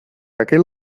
aquel